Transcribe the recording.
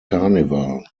carnival